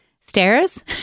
stairs